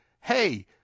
hey